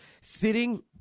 sitting